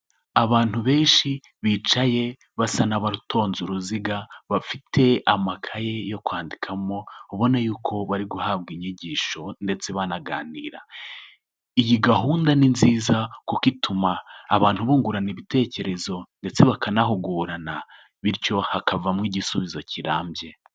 Abantu benshi bicaye basa n'abatonze uruziga bafite amakaye yo kwandikamo, ubona y'uko bari guhabwa inyigisho ndetse banaganira. Iyi gahunda ni nziza kuko ituma abantu bungurana ibitekerezo ndetse bakanahugurana, bityo hakavamo igisubizo kirambye.